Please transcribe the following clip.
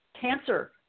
cancer